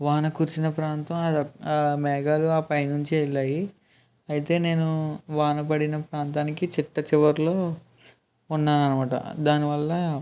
వాన కురిసిన ప్రాంతం అది ఒక్క ఆ మేఘాలు ఆ పైనుంచి వెళ్ళాయి అయితే నేను వాన పడిన ప్రాంతానికి చిట్ట చివర్లో ఉన్న అన్నమాట దానివల్ల